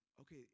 okay